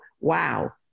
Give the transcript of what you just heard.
wow